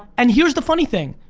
and here's the funny thing,